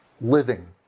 living